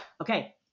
okay